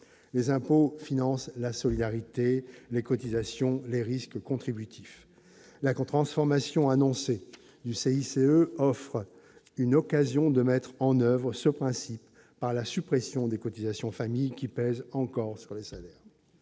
les impôts financent la solidarité les cotisations, les risques contributifs là quand transformation annoncée du CICE offre une occasion de mettre en oeuvre ce principe par la suppression des cotisations famille qui pèsent encore sur les salaires,